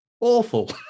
Awful